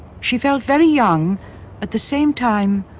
she felt very young at the same time,